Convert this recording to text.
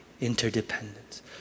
interdependence